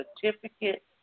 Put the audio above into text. certificate